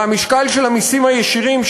והמשקל של המסים הישירים,